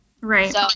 Right